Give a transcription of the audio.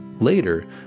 Later